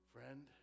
Friend